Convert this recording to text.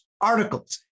articles